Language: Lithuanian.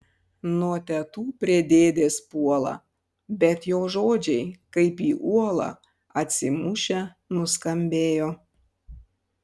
nuo tetų prie dėdės puola bet jo žodžiai kaip į uolą atsimušę nuskambėjo